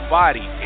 body